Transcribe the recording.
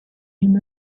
him